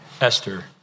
Esther